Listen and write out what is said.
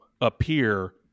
appear